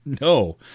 No